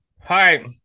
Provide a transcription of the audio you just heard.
Hi